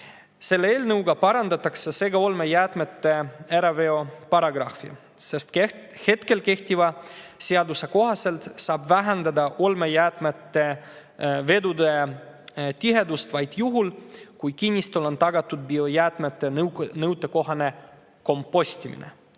Selle eelnõuga parandatakse segaolmejäätmete äraveo paragrahvi, sest kehtiva seaduse kohaselt saab vähendada olmejäätmete vedude tihedust vaid juhul, kui kinnistul on tagatud biojäätmete nõuetekohane kompostimine.